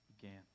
began